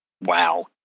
wow